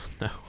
No